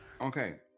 okay